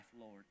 Lord